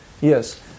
yes